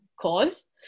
cause